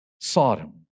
Sodom